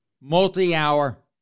multi-hour